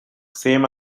same